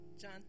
John